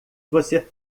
você